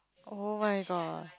[oh]-my-god